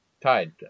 tied